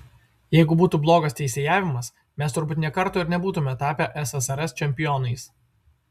jeigu būtų blogas teisėjavimas mes turbūt nė karto ir nebūtumėme tapę ssrs čempionais